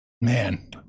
Man